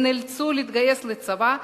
הם נאלצו להתגייס לצבא,